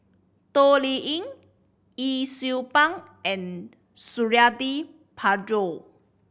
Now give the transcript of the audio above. Toh Liying Yee Siew Pun and Suradi Parjo